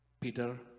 Peter